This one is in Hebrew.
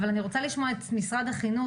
אבל אני רוצה לשמוע את משרד החינוך.